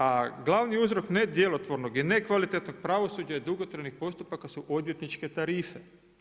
A glavni uzrok nedjelotvornog i nekvalitetnog pravosuđa i dugotrajnih postupaka su odvjetničke tarife.